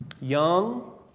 young